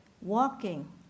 walking